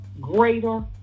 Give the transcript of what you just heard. greater